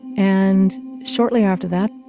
and shortly after that,